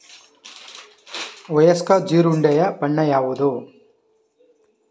ವಯಸ್ಕ ಜೀರುಂಡೆಯ ಬಣ್ಣ ಯಾವುದು?